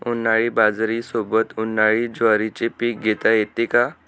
उन्हाळी बाजरीसोबत, उन्हाळी ज्वारीचे पीक घेता येते का?